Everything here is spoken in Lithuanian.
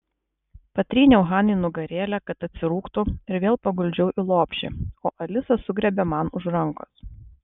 patryniau hanai nugarėlę kad atsirūgtų ir vėl paguldžiau į lopšį o alisa sugriebė man už rankos